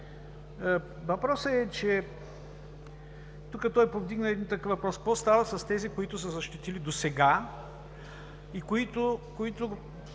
Въпросът е, че тук той повдигна такъв въпрос: какво става с тези, които са защитили досега и които